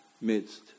midst